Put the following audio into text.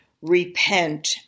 repent